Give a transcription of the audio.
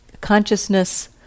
Consciousness